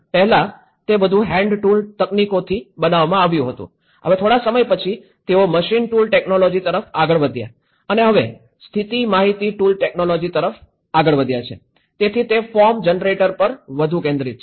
પહેલાં તે બધું હેન્ડ ટૂલ તકનીકીઓથી બનાવવામાં આવ્યું હતું હવે થોડા સમય પછી તેઓ મશીન ટૂલ ટેકનોલોજી તરફ આગળ વધ્યા અને હવે સ્થિતિ માહિતી ટૂલ ટેકનોલોજી તરફ આગળ વધ્યા છે તેથી તે ફોર્મ જનરેશન પર વધુ કેન્દ્રિત છે